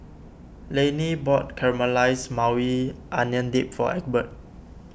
Laney bought Caramelized Maui Onion Dip for Egbert